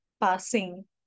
passing